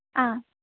ആ